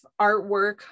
artwork